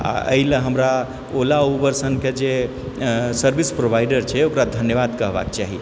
आओर एहि लऽ हमरा ओला उबर सनके जे सर्विस प्रोवाइडर छै ओकरा धन्यवाद कहबाके चाही